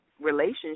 relationship